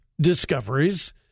discoveries